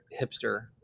hipster